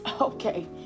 okay